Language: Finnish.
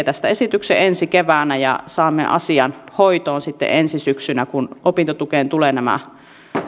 tekee tästä esityksen ensi keväänä ja saamme asian hoitoon sitten ensi syksynä kun opintotukeen tulee tämä